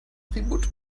tribut